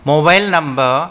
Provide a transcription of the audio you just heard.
mobile number